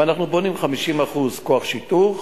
ואנחנו בונים 50% כוח שיטור,